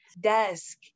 desk